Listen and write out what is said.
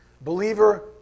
Believer